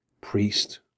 priest